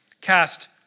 cast